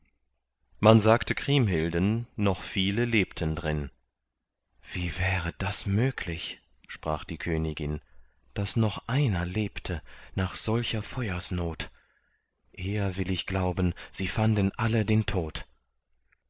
man sagte kriemhilden noch viele lebten drin wie wäre das möglich sprach die königin daß noch einer lebte nach solcher feuersnot eher will ich glauben sie fanden alle den tod